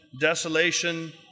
desolation